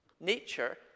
nature